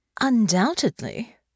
Undoubtedly